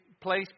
place